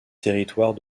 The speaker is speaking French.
territoire